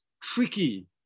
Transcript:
tricky